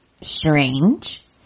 Strange